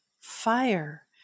fire